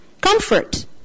comfort